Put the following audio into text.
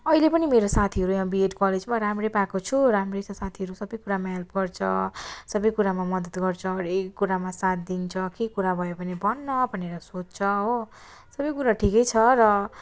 अहिले पनि मेरो साथीहरू यहाँ बिएड कलेजमा राम्रै पाएको छु राम्रै छ साथीहरू सबै कुरामा हेल्प गर्छ सबै कुरामा मद्दत गर्छ हरेक कुरामा साथ दिन्छ केही कुरा भयो भने भन्न भनेर सोध्छ हो सबै कुरा ठिकै छ र